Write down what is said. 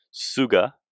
Suga